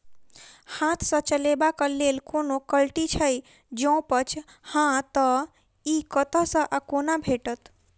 हाथ सऽ चलेबाक लेल कोनों कल्टी छै, जौंपच हाँ तऽ, इ कतह सऽ आ कोना भेटत?